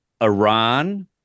Iran